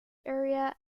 area